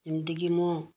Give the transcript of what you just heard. ଯେମିତି କି ମୁଁ